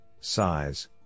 size